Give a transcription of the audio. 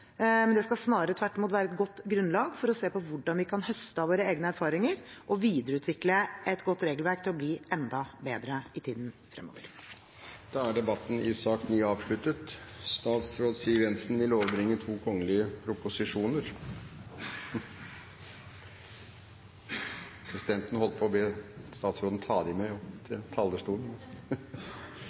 men det skal tvert imot være et godt grunnlag for å se på hvordan vi kan høste av våre egne erfaringer og videreutvikle et godt regelverk til å bli enda bedre i tiden fremover. Da er debatten i sak nr. 9 avsluttet. Da ser det ut som om vi er klar til å avslutte møtet. Før vi går til